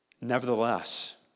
Nevertheless